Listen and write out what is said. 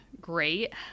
great